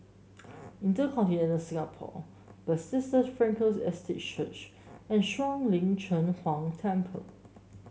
InterContinental Singapore Bethesda Frankel Estate Church and Shuang Lin Cheng Huang Temple